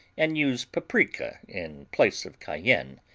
and use paprika in place of cayenne.